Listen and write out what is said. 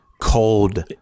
cold